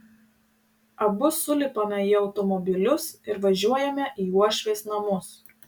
abu sulipame į automobilius ir važiuojame į uošvės namus